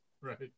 right